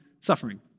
suffering